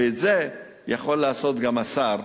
ואת זה יכול לעשות גם השר,